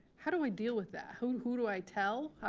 how do i deal with that? who who do i tell?